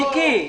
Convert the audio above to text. מיקי,